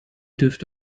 dürft